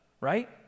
right